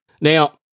Now